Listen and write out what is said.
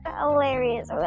Hilarious